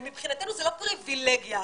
ומבחינתנו זה לא פריבילגיה,